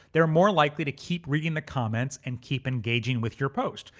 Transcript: they're more likely to keep reading the comments and keep engaging with your post.